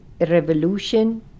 revolution